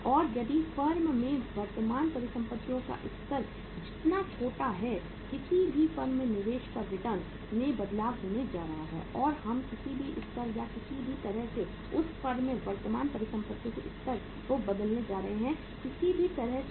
और यदि फर्म में वर्तमान परिसंपत्तियों का स्तर जितना छोटा है किसी भी फर्म के निवेश पर रिटर्न में बदलाव होने जा रहा है अगर हम किसी भी स्तर या किसी भी तरह से उस फर्म में वर्तमान परिसंपत्तियों के स्तर को बदलने जा रहे हैं किसी भी तरह से